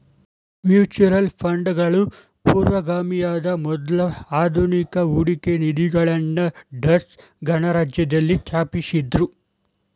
mutual ಫಂಡ್ಗಳು ಪೂರ್ವಗಾಮಿಯಾದ ಮೊದ್ಲ ಆಧುನಿಕ ಹೂಡಿಕೆ ನಿಧಿಗಳನ್ನ ಡಚ್ ಗಣರಾಜ್ಯದಲ್ಲಿ ಸ್ಥಾಪಿಸಿದ್ದ್ರು